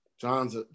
John's